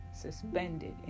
suspended